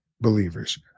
believers